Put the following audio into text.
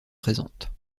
présentes